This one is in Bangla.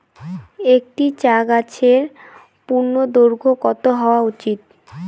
একটি চা গাছের পূর্ণদৈর্ঘ্য কত হওয়া উচিৎ?